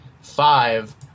five